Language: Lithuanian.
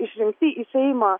išrinkti į seimą